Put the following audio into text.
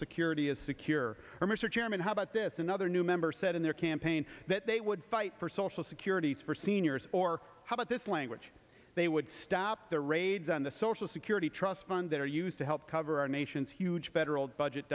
security is secure or mr chairman how about this another new member said in their campaign that they would fight for social security for seniors or how about this language they would stop the raids on the social security trust fund that are used to help cover our nation's huge federal budget